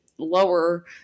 lower